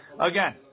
Again